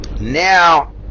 Now